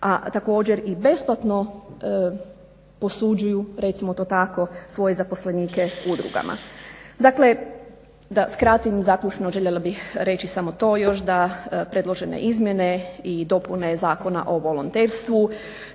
a također i besplatno posuđuju recimo to tako svoje zaposlenike udrugama. Dakle, da skratim zaključno bih željela reći još samo to da predložene izmjene i dopune Zakona o volonterestvu